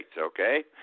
okay